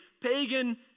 pagan